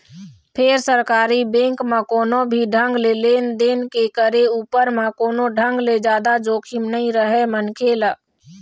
फेर सरकारी बेंक म कोनो भी ढंग ले लेन देन के करे उपर म कोनो ढंग ले जादा जोखिम नइ रहय मनखे ल